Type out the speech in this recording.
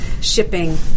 shipping